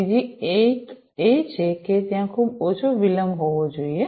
ત્રીજી એક એ છે કે ત્યાં ખૂબ ઓછો વિલંબ હોવો જોઈએ